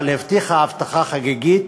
אבל הבטיחה הבטחה חגיגית,